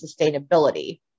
sustainability